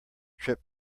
trip